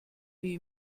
wie